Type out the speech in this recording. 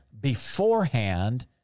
beforehand